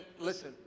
listen